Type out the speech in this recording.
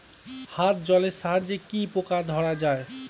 হাত জলের সাহায্যে কি পোকা ধরা যায়?